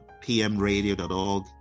pmradio.org